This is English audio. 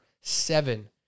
seven